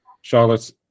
Charlotte